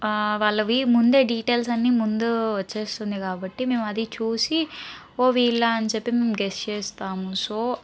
వాళ్ళవి ముందే డీటెయిల్స్ అన్నీ ముందు వచ్చేస్తున్నాయి కాబట్టి మేము అది చూసి ఓ వీళ్ళ అని చెప్పి మేము గెస్ చేస్తాము సో